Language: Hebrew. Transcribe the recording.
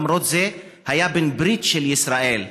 ולמרות זאת היה בעל ברית של ישראל.